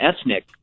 ethnic